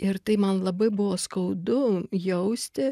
ir tai man labai buvo skaudu jausti